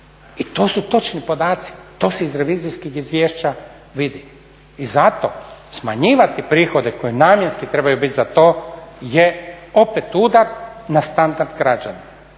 I to su točni podaci, to se iz revizijskih izvješća vidi i zato smanjivati prihode koji namjenski trebaju biti za to je opet udar na standard građana.